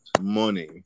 money